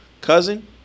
cousin